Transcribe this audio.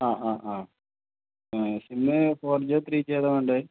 ആ ആ ആ SIM four G three G ഏതാണ് വേണ്ടത്